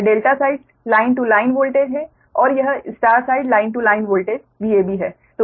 यह delta side line to line voltage है और यह star side line to line voltage VAB है